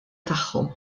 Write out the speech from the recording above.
tagħhom